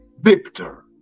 Victor